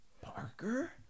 parker